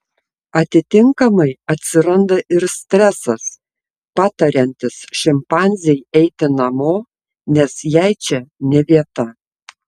atitinkamai atsiranda ir stresas patariantis šimpanzei eiti namo nes jai čia ne vieta